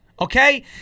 Okay